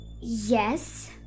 Yes